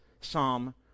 psalm